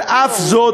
על אף זאת,